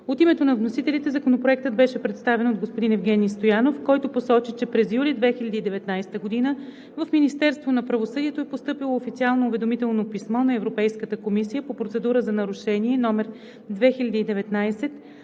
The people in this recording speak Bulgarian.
От името на вносителите Законопроектът беше представен от господин Евгени Стоянов, който посочи, че през юли 2019 г. в Министерството на правосъдието е постъпило официално уведомително писмо на Европейската комисия по процедура за нарушение № 2019/2136